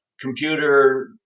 computer